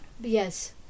yes